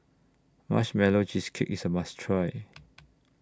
Marshmallow Cheesecake IS A must Try